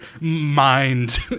mind